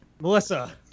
Melissa